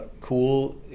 cool